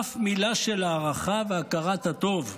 אף מילה של הערכה והכרת הטוב.